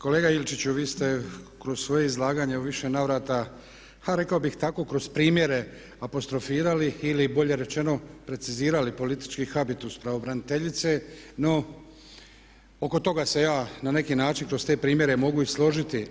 Kolega Ilčiću, vi ste kroz svoje izlaganje u više navrata a rekao bih tako kroz primjere apostrofirali ili bolje rečeno precizirali politički habitus pravobraniteljice, no oko toga se ja na neki način kroz te primjere mogu i složiti.